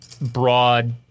broad